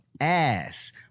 ass